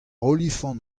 olifant